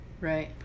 Right